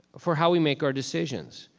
for how we make our decisions.